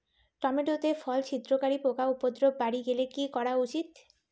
Tomato তে ফল ছিদ্রকারী পোকা উপদ্রব বাড়ি গেলে কি করা উচিৎ?